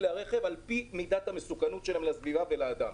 הרכב על פיט מידת המסוכנות שלהם לסביבה ולאדם.